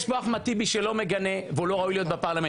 יש פה את אחמד טיבי שלא מגנה והוא לא ראוי להיות בפרלמנט.